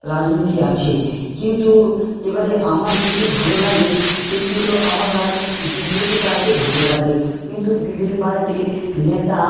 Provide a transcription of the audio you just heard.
রাজনীতি আছে কিন্তু এবারে আমার যেটি ভালো লাগে সেটি হল আমাগআর বিজেপি পার্টি ভালো লাগে কিন্তু বিজেপি পার্টির নেতা